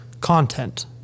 content